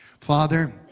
Father